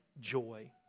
joy